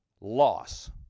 loss